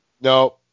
No